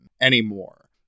anymore